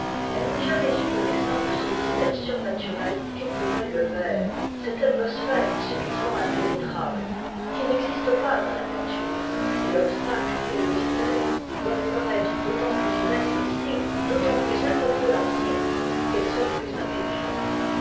elles n'ont jamais eu connaissance de ce mystère surnaturel qu'est pour elles le verre cette atmosphère subitement impénétrable qui n'existe pas dans la nature et l'obstacle et le mystère doivent leur être d'autant plus inadmissibles d'autant plus incompréhensibles qu'elles sont plus intelligentes